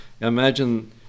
imagine